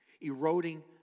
Eroding